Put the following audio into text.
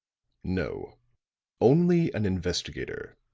no only an investigator,